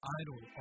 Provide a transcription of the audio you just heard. idle